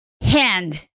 Hand